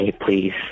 please